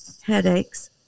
headaches